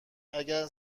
اگر